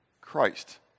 Christ